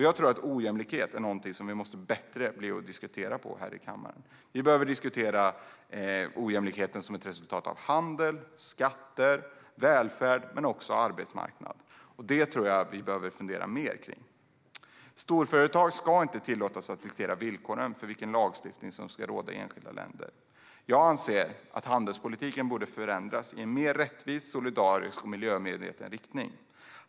Jag tror att ojämlikhet är något som vi måste bli bättre på att diskutera här i kammaren. Vi behöver diskutera ojämlikheten som ett resultat av handel, skatter, välfärd och arbetsmarknad. Det behöver vi fundera mer på. Storföretag ska inte tillåtas diktera villkoren för vilken lagstiftning som ska råda i enskilda länder. Jag anser att handelspolitiken bör förändras i en mer rättvis, solidarisk och miljömedveten riktning.